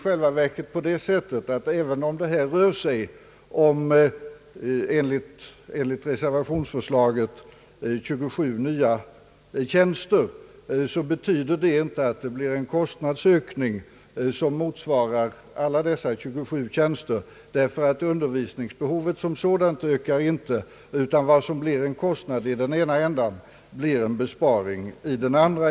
Även om det enligt detta yrkande rör sig om 27 nya tjänster, betyder det inte en kostnadsökning som motsvarar alla dessa 27 tjänster. Undervisningsbehovet som sådant ökar nämligen inte, utan vad som blir en kostnad i den ena ändan blir en besparing i den andra.